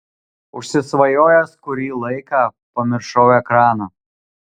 užsisvajojęs kurį laiką pamiršau ekraną